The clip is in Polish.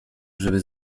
żeby